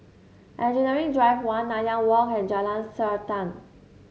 Engineering Drive One Nanyang Walk and Jalan Srantan